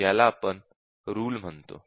याला आपण रुल म्हणतो